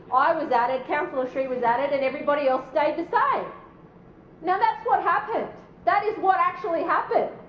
ah i was added, councillor sri was added and everybody else stayed the same. now that's what happened. that is what actually happened.